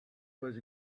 was